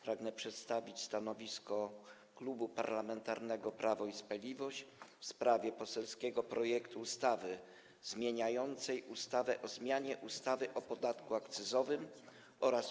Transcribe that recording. Pragnę przedstawić stanowisko Klubu Parlamentarnego Prawo i Sprawiedliwość w sprawie poselskiego projektu ustawy zmieniającej ustawę o zmianie ustawy o podatku akcyzowym oraz